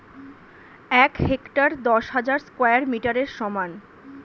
এক হেক্টার দশ হাজার স্কয়ার মিটারের সমান